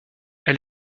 elle